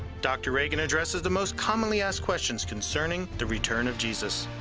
dr. reagan addresses the most commonly asked questions concerning the return of jesus.